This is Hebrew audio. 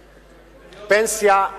פנסיה,